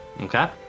Okay